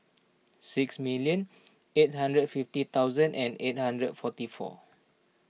six million eight hundred fifty thousand and eight hundred forty four